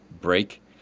break